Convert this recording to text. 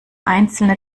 einzelne